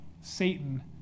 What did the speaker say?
Satan